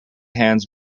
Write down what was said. hands